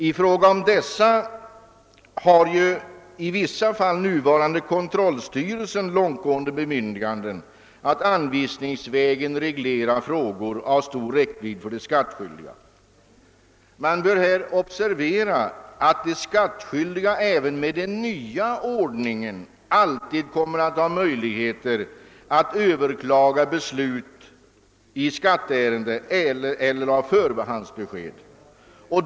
I fråga om dessa har i vissa fall den nuvarande kontrollstyrelsen långtgående bemyndiganden att anvisningsvägen reglera frågor av stor räckvidd för de skattskyldiga. Man bör observera att de skattskyldiga även med den nya ordningen alltid kommer att ha möjligheter att överklaga beslut i skatteärende eller förhandsbesked.